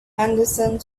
henderson